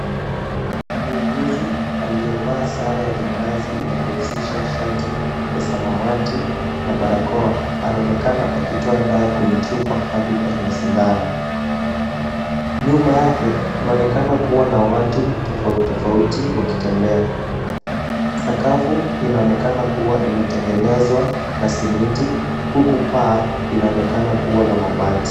Muuguzi aliyevaa sare ya kikazi inayohusisha shati ya samawati na barakoa anaonekana akitoa dawa kwenye chupa hadi kwenye sindano. Nyuma yake kunaonekana kuwa na watu tofauti tofauti wakitembea. Sakafu inaonekana kuwa imetengenezwa na simiti huku paa linaonekana kuwa la mabati.